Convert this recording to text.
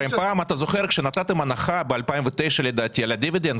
פעם כאשר נתתם הנחה לדעתי ב-2009 על הדיבידנד,